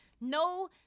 no